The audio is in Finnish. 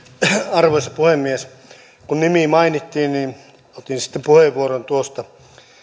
arvoisa puhemies kun nimi mainittiin niin otin sitten puheenvuoron tuosta